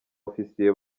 ofisiye